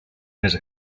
més